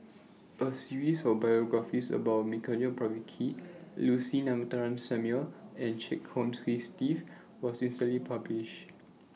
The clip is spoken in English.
A series of biographies about Milenko Prvacki Lucy Ratnammah Samuel and Chia Kiah Hong Steve was recently published